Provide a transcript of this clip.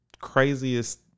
craziest